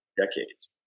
decades